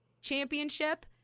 championship